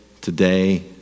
today